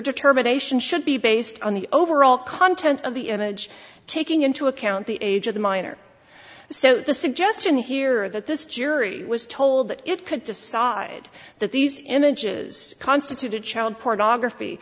determination should be based on the overall content of the image taking into account the age of the minor so the suggestion here that this jury was told that it could decide that these images constituted child pornography